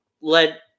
led